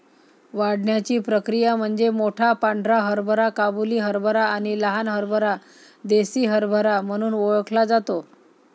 वाढण्याची प्रक्रिया म्हणजे मोठा पांढरा हरभरा काबुली हरभरा आणि लहान हरभरा देसी हरभरा म्हणून ओळखला जातो